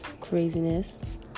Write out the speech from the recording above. craziness